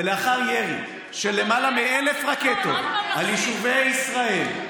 ולאחר ירי של למעלה מ-1,000 רקטות על יישובי ישראל,